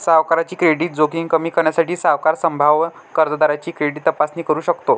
सावकाराची क्रेडिट जोखीम कमी करण्यासाठी, सावकार संभाव्य कर्जदाराची क्रेडिट तपासणी करू शकतो